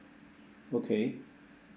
okay